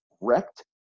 wrecked